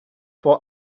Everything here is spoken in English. for